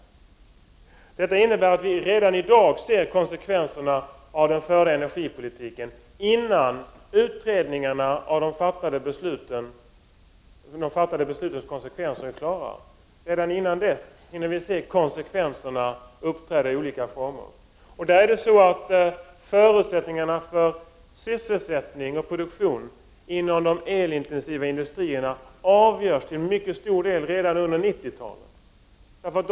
Detta innebär att vi redan i dag ser konsekvenserna av den förda energipolitiken, innan utredningarna av de fattade beslutens konsekvenser ännu är klara. Redan innan dess hinner vi alltså se konsekvenserna uppträda i olika former. Förutsättningarna för sysselsättning och produktion inom de elintensiva industrierna avgörs till mycket stor del redan under 90-talet.